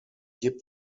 yip